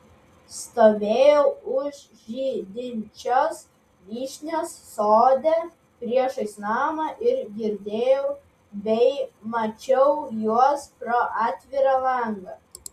stovėjau už žydinčios vyšnios sode priešais namą ir girdėjau bei mačiau juos pro atvirą langą